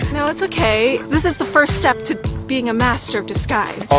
no it's okay. this is the first step to being a master of disguise.